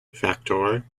factor